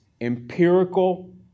empirical